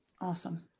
Awesome